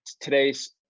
today's